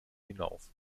hinauf